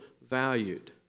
valued